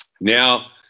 Now